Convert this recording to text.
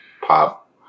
pop